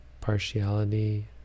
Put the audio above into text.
partiality